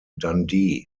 dundee